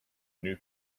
new